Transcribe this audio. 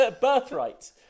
birthright